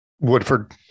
Woodford